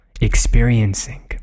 experiencing